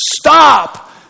Stop